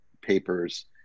papers